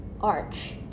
arch